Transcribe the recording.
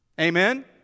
Amen